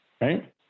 right